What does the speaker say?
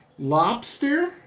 Lobster